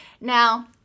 now